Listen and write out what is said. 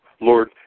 Lord